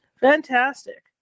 Fantastic